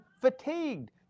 fatigued